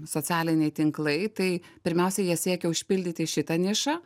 socialiniai tinklai tai pirmiausia jie siekia užpildyti šitą nišą